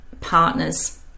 partners